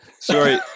Sorry